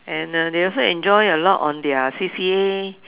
and uh they also enjoy a lot on their C_C_A